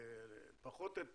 פחות את